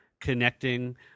connecting